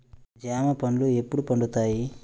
జామ పండ్లు ఎప్పుడు పండుతాయి?